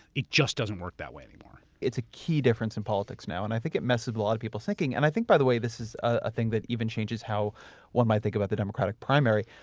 it just doesn't work that way anymore. it's a key difference in politics now and i think it messes with a lot of people's thinking and i think by the way, this is a thing that even changes how one might think about the democratic primary,